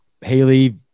Haley